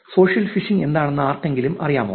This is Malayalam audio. സോഷ്യൽ ഫിഷിംഗ് എന്താണെന്ന് ആർക്കെങ്കിലും അറിയാമോ